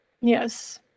Yes